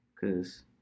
Cause